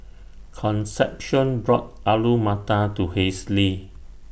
Concepcion bought Alu Matar to Halsey